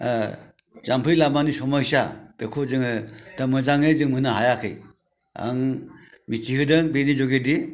जामफै लामानि समस्या बेखौ जोङो दा मोजाङै मोननो हायाखै आं मिथिहोदों बिनि जुनैदि